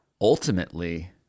ultimately